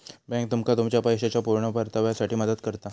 bank तुमका तुमच्या पैशाच्या पुर्ण परताव्यासाठी मदत करता